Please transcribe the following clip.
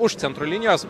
už centro linijos